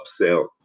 upsell